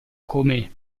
come